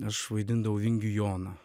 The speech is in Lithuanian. aš vaidindavau vingių joną